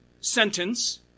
sentence